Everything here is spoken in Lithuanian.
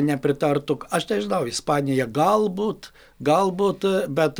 nepritartų aš nežinau ispanija galbūt galbūt bet